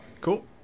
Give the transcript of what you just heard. Cool